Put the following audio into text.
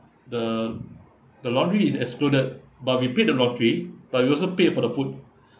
the the laundry is excluded but we paid the laundry but we also paid for the food